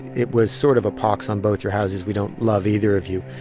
it was sort of a pox on both your houses we don't love either of you.